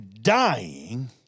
dying